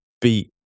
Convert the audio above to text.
beat